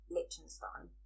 Liechtenstein